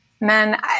men